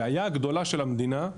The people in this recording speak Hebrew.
הבעיה הגדולה של המדינה היא